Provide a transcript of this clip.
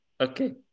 Okay